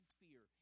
fear